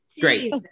Great